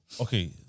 okay